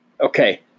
Okay